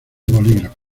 bolígrafo